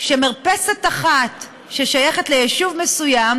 שמרפסת אחת ששייכת ליישוב מסוים,